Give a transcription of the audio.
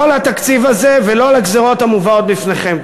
לא לתקציב הזה, ולא לגזירות המובאות בפניכם.